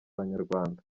abanyarwanda